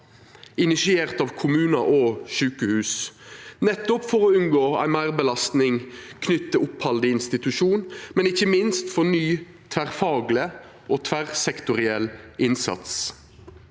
initierte av kommunar og sjukehus for nettopp å unngå ei meirbelasting knytt til opphald i institusjon, men ikkje minst for ny tverrfagleg og tverrsektoriell innsats.